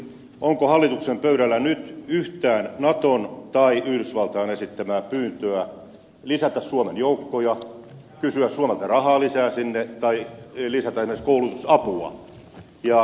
onko hallituksen pöydällä nyt yhtään naton tai yhdysvaltain esittämää pyyntöä lisätä suomen joukkoja kysyä suomelta rahaa lisää sinne tai lisätä esimerkiksi koulutusapua